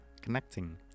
connecting